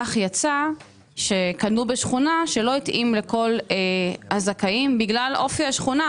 כך יצא שקנו בשכונה שלא התאימה לכל הזכאים בגלל אופי השכונה.